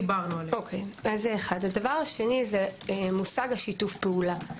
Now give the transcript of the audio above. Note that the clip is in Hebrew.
דבר שני הוא המושג שיתוף פעולה.